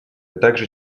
также